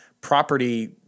property